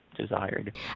desired